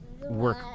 work